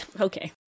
okay